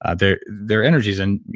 ah their their energies. and,